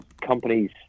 companies